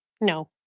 No